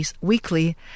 Weekly